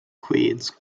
queens